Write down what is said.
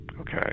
Okay